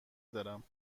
دارم